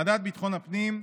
ועדת ביטחון הפנים,